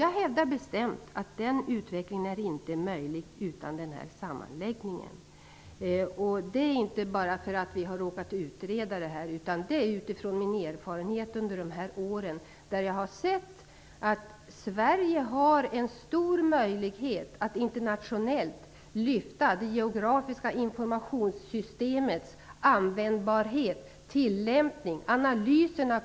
Jag hävdar bestämt att den utvecklingen inte är möjlig utan sammanslagningen. Jag säger inte detta bara därför att denna fråga utreds, utan det är min erfarenhet från dessa år. Jag har sett att Sverige har en stor möjlighet att internationellt lyfta upp det geografiska informationssystemets användbarhet, tillämpning -- och analyserna.